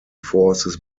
forces